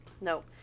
No